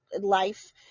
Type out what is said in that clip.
life